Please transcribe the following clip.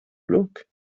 look